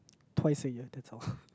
twice a year that's all